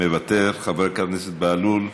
מוותר, חבר הכנסת בהלול,